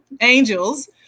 angels